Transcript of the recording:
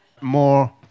more